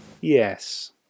Yes